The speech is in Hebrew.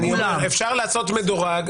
אפשר לעשות מדורג,